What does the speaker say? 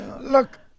Look